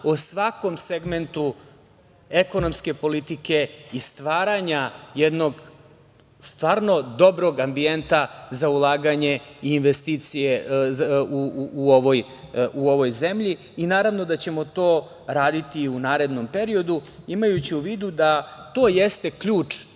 o svakom segmentu ekonomske politike i stvaranja jednog stvarno dobrog ambijenta za ulaganje i investicije u ovoj zemlji. Naravno da ćemo to raditi i u narednom periodu, imajući u vidu da to jeste ključ